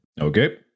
Okay